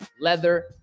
leather